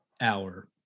hour